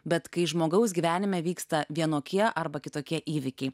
bet kai žmogaus gyvenime vyksta vienokie arba kitokie įvykiai